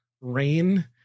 rain